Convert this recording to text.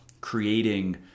creating